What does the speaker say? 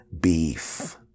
Beef